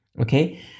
Okay